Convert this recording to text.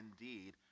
indeed